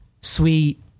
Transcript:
sweet